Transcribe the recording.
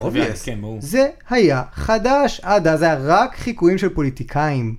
זה היה חדש עד אז, היה רק חיקויים של פוליטיקאים.